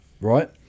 right